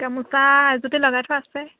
গামোচা এযুতি লগাই থোৱো আছে